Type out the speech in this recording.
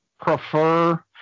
prefer